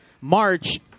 March